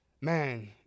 Man